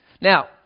Now